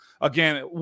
Again